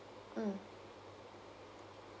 mm